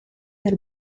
del